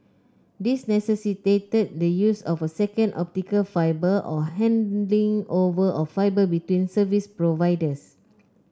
these necessitated the use of a second optical fibre or handing over of fibre between service providers